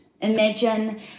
Imagine